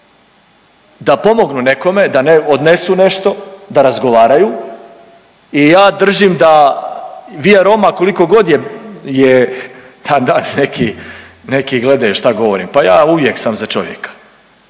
da pomognu nekome, da ne odnesu nešto, da razgovaraju i ja držim da Via Roma koliko god je, je pa da neki, neki gledaju šta govorim, pa ja uvijek sam za čovjeka,